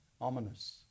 ominous